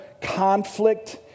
conflict